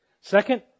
Second